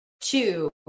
two